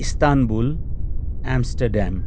Istanbul Amsterdam